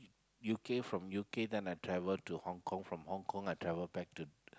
U_K from U_K then I travelled to Hong-Kong from Hong-Kong I travelled back to